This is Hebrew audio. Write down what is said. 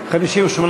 לסעיף 27,